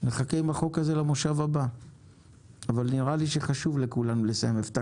נחכה עם החוק הזה למושב הבא אבל נראה לי שחשוב לכולם לסיים את החוק הזה.